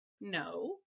No